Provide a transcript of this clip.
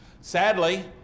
Sadly